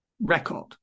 record